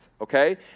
okay